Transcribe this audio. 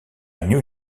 new